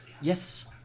yes